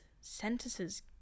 sentences